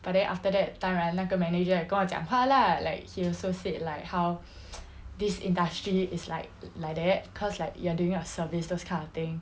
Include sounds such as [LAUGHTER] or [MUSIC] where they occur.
but then after that 当然那个 manager 也跟我讲话 lah like he also said like how [NOISE] this industry is like like that cause like you are doing a service those kind of thing